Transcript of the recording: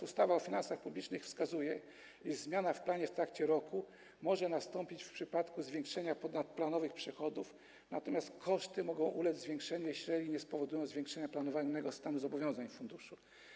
Ustawa o finansach publicznych wskazuje natomiast, że zmiana w planie w trakcie roku może nastąpić w przypadku zwiększenia ponadplanowych przychodów, natomiast koszty mogą ulec zwiększeniu, jeżeli nie spowodują zwiększenia planowanego stanu zobowiązań funduszu.